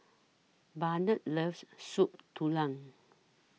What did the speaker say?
Burnett loves Soup Tulang